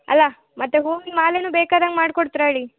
ಅಲ್ಲ ಮತ್ತೆ ಹೂವಿನ ಮಾಲೆಯೂ ಬೇಕಾದಂಗೆ ಮಾಡಿಕೊಡ್ತ್ರಾ ಹೇಳಿ